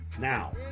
Now